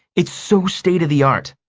it's so state of the art.